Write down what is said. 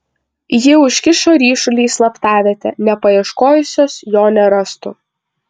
ji užkišo ryšulį į slaptavietę nepaieškojusios jo nerastų